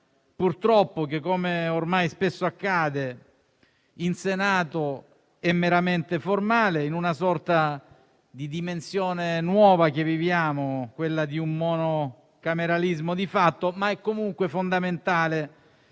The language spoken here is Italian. purtroppo, come ormai spesso accade, in Senato è meramente formale, in una sorta di dimensione nuova, che viviamo - quella di un monocameralismo di fatto - ma che è comunque fondamentale,